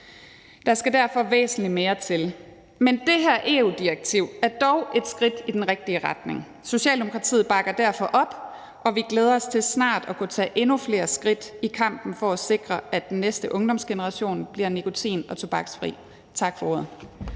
Der skal derfor væsentlig mere til. Men det her EU-direktiv er dog et skridt i den rigtige retning. Socialdemokratiet bakker derfor op, og vi glæder os til snart at kunne tage endnu flere skridt i kampen for at sikre, at den næste ungdomsgeneration bliver nikotin-og tobaksfri. Tak for ordet.